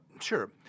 Sure